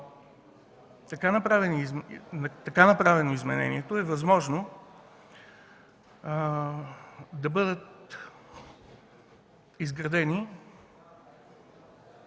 така направеното изменение е възможно да бъдат изграждани